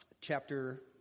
chapter